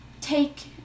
Take